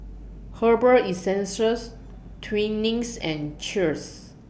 Herbal Essences Twinings and Cheers